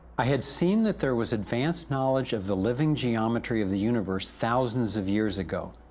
i had seen that there was advanced knowledge of the living geometry of the universe thousands of years ago.